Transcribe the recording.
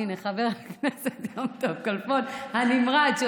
חבר הכנסת יום טוב כלפון הנמרץ,